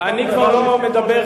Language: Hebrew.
אני כבר לא מדבר,